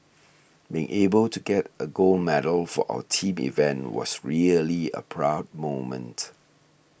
being able to get a gold medal for our team event was really a proud moment